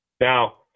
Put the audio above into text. now